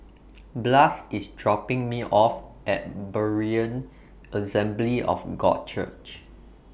Blas IS dropping Me off At Berean Assembly of God Church